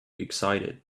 excited